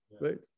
Right